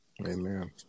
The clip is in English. Amen